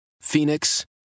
Phoenix